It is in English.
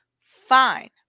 fine